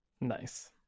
nice